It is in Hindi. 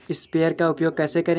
स्प्रेयर का उपयोग कैसे करें?